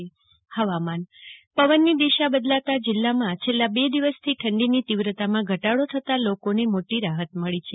જાગૃતિ વકિલ હવામાન પવનની દિશા બદલાતાં જિલ્લામાં છેલ્લા બે દિવસથી ઠંડીની તીવ્રતામાં ઘટાડો થતાં લોકોને મોટી રાહત મળી છે